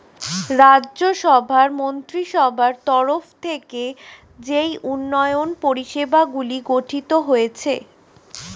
রাজ্য সভার মন্ত্রীসভার তরফ থেকে যেই উন্নয়ন পরিষেবাগুলি গঠিত হয়েছে